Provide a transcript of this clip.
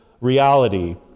reality